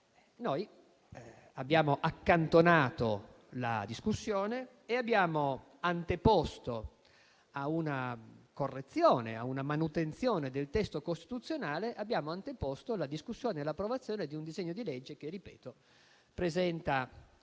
noi abbiamo accantonato la discussione e a una correzione e a una manutenzione del testo costituzionale abbiamo anteposto la discussione e l'approvazione di un disegno di legge che - lo ripeto - presenta